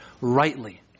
rightly